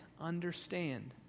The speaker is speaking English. understand